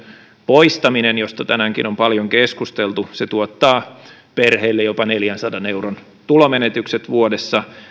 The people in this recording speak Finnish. poistaminen josta tänäänkin on paljon keskusteltu se tuottaa perheille jopa neljänsadan euron tulomenetykset vuodessa